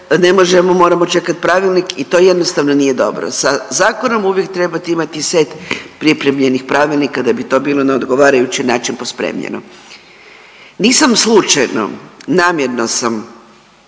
ne možemo, moramo čekati pravilnik i to jednostavno nije dobro. Sa zakonom uvijek trebate imati i set pripremljenih pravilnika da bi to bilo na odgovarajući način pospremljeno. Nisam slučajno, namjerno sam